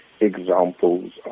examples